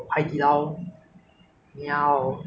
只是有很多卖吃的很多卖衣服的